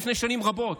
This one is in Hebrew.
לפני שנים רבות,